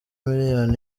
millions